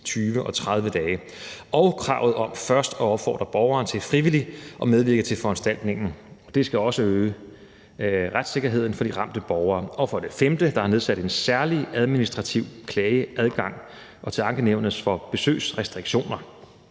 20 og 30 dage og kravet om først at opfordre borgeren til frivilligt at medvirke til foranstaltningen. Det skal også øge retssikkerheden for de ramte borgere. For det femte er der nedsat en særlig administrativ klageadgang til Ankenævnet i forbindelse med besøgsrestriktioner.